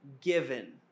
given